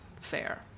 fair